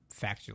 factually